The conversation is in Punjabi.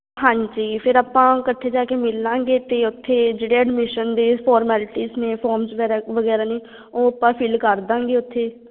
ਹਾਂਜੀ ਫਿਰ ਆਪਾਂ ਇਕੱਠੇ ਜਾ ਕੇ ਮਿਲ ਲਾਂਗੇ ਅਤੇ ਉੱਥੇ ਜਿਹੜੇ ਐਡਮਿਸ਼ਨ ਦੇ ਫੋਰਮੈਲਟੀਜ ਨੇ ਫੋਰਮਸ ਵੈਰਾ ਵਗੈਰਾ ਨੇ ਉਹ ਆਪਾਂ ਫਿਲ ਕਰ ਦਾਂਗੇ ਉੱਥੇ